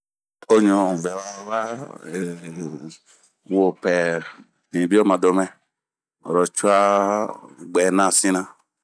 un o ɲu ŋɛwa wa eehhh wopɛɛ hinbio ma domɛ, oro cua bwɛn na sire